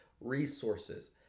resources